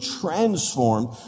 transformed